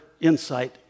insight